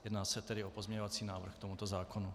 Jedná se tedy o pozměňovací návrh k tomuto zákonu.